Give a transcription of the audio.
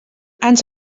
ens